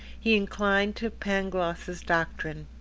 he inclined to pangloss's doctrine.